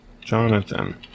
Jonathan